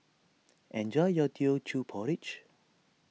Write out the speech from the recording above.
enjoy your Teochew Porridge